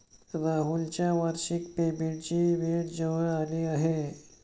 राहुलच्या वार्षिक पेमेंटची वेळ जवळ आली आहे